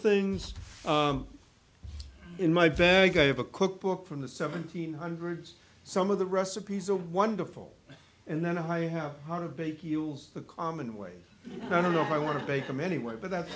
things in my bag i have a cookbook from the seventeen hundreds some of the recipes are wonderful and then i have how to bake eels the common way i don't know if i want to bake them anyway but that